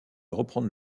reprendre